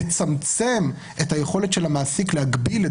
לצמצם את היכולת של המעסיק להגביל את